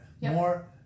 more